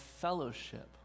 fellowship